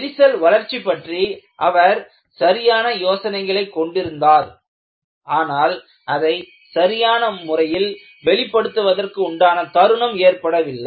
விரிசல் வளர்ச்சி பற்றி அவர் சரியான யோசனைகளைக் கொண்டிருந்தார் ஆனால் அதை சரியான முறையில் வெளிப்படுத்துவதற்கு உண்டான தருணம் ஏற்படவில்லை